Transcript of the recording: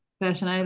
fashion